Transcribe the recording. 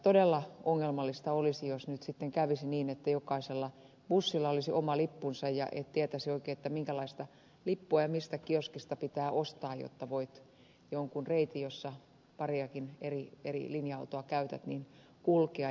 todella ongelmallista olisi jos nyt sitten kävisi niin että jokaisella bussilla olisi oma lippunsa etkä oikein tietäisi minkälaista lippua ja mistä kioskista pitää ostaa jotta voit jonkun reitin jossa pariakin eri linja autoa käytät kulkea